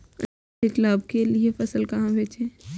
अधिक लाभ के लिए फसल कहाँ बेचें?